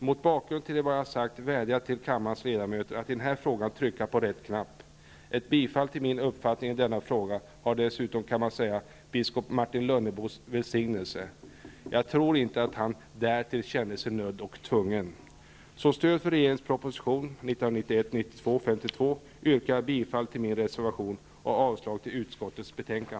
Mot bakgrund av vad jag sagt vädjar jag till kammarens ledamöter att i den här frågan trycka på rätt knapp. Ett bifall till min uppfattning i denna fråga har dessutom, kan man säga, biskop Martin Lönnebos välsignelse. Jag tror inte att han därtill känt sig nödd och tvungen. yrkar jag bifall till min reservation och avslag på utskottets hemställan.